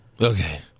Okay